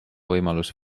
võimalus